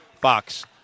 Fox